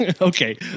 Okay